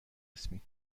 اسمیت